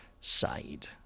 side